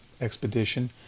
expedition